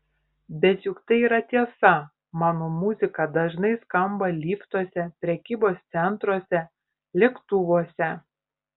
bet juk tai yra tiesa mano muzika dažnai skamba liftuose prekybos centruose lėktuvuose